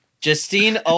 Justine